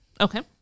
Okay